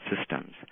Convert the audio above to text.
systems